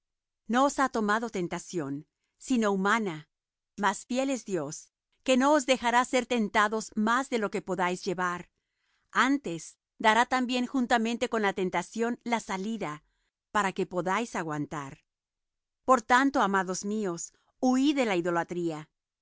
os ha tomado tentación sino humana mas fiel es dios que no os dejará ser tentados más de lo que podeís llevar antes dará también juntamente con la tentación la salida para que podáis aguantar por tanto amados míos huid de la idolatría